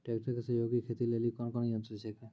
Tractor के सहयोगी खेती लेली कोन कोन यंत्र छेकै?